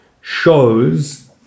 shows